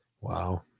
Wow